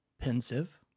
pensive